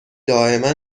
دائما